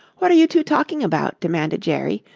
what are you two talking about? demanded jerry,